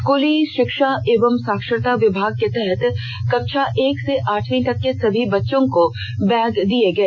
स्कूली शिक्षा एवं साक्षरता विभाग को तहत कक्षा एक से आठवी तक के सभी बच्चों को बैग दिए गए